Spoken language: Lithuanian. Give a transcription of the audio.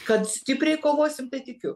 kad stipriai kovosim tai tikiu